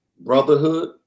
Brotherhood